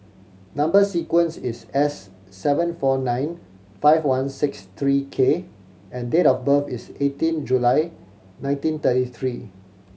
number sequence is S seven four nine five one six three K and date of birth is eighteen July nineteen thirty three